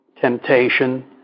temptation